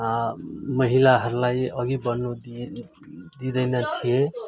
महिलाहरूलाई अघि बढ्नु दि दिँदैन थिए